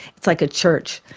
it's like a church,